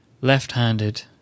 left-handed